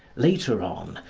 later on,